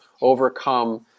overcome